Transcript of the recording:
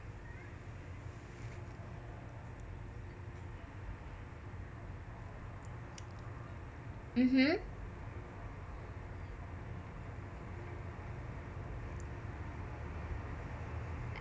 mmhmm